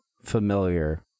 familiar